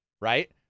right